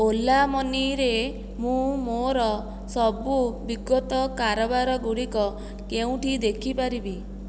ଓଲା ମନିରେ ମୁଁ ମୋର ସବୁ ବିଗତ କାରବାର ଗୁଡ଼ିକ କେଉଁଠି ଦେଖିପାରିବି